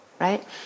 right